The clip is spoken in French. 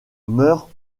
meurent